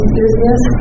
business